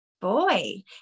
boy